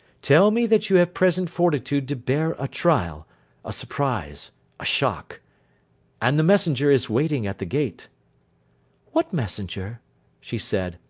tell me that you have present fortitude to bear a trial a surprise a shock and the messenger is waiting at the gate what messenger she said.